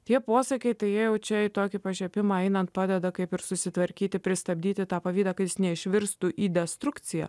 tie posakiai tai jie jau čia į tokį pašiepimą einant padeda kaip ir susitvarkyti pristabdyti tą pavydą kuris neišvirstų į destrukciją